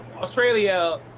Australia